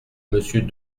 monsieur